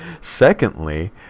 Secondly